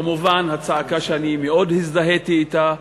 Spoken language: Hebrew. כמובן, צעקה שאני מאוד הזדהיתי אתה.